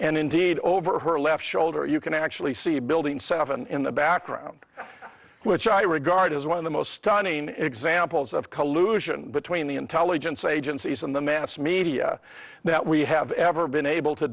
and indeed over her left shoulder you can actually see building seven in the background which i regard as one of the most stunning examples of collusion between the intelligence agencies and the mass media that we have ever been able to